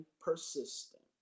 persistent